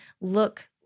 look